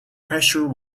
pressure